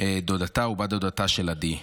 דודתה ובת דודתה של עדי.